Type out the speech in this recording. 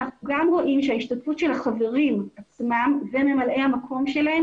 אנחנו גם רואים שההשתתפות של החברים וממלאי המקום שלהם,